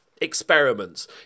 experiments